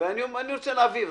"ואני רוצה להעביר".